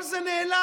כל זה נעלם.